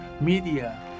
media